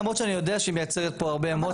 למרות שאני יודע שהיא מייצרת פה הרבה אמוציות.